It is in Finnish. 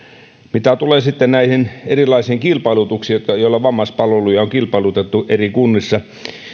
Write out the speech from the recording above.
mitä tulee sitten näihin erilaisiin kilpailutuksiin joilla joilla vammaispalveluja on kilpailutettu eri kunnissa